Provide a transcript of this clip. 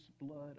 blood